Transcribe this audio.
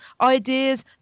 ideas